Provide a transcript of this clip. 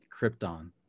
Krypton